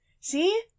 See